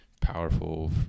powerful